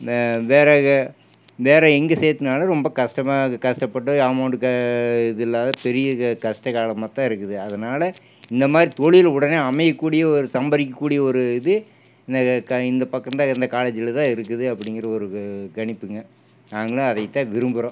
த வேறே வேறே எங்கே சேர்த்தினாலும் ரொம்ப கஷ்டமாக கஷ்டப்பட்டு அமௌண்ட் இதுயில்லாத பெரிய கஷ்ட காலமாகதான் இருக்குது அதனால இந்தமாதிரி தொழில் உடனே அமையக்கூடிய ஒரு சம்பாதிக்க கூடிய ஒரு இது இந்த க இந்த பக்கந்தான் இந்த காலேஜில்தான் இருக்குது அப்படிங்குற ஒரு கணிப்புங்க நாங்களும் அதைத்தான் விரும்புகிறோம்